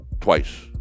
twice